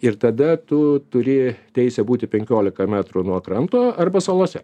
ir tada tu turi teisę būti penkiolika metrų nuo kranto arba salose